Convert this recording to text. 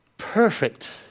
Perfect